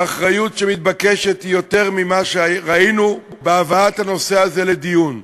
האחריות שמתבקשת היא יותר ממה שראינו בהבאת הנושא הזה לדיון.